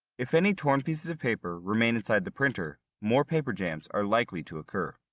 if any torn pieces of paper remain inside the printer, more paper jams are likely to occur.